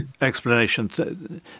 explanation